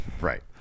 Right